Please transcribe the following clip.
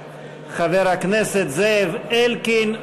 חבר הכנסת זאב אלקין,